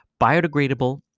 biodegradable